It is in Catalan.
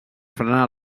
frenar